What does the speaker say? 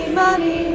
money